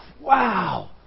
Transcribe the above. Wow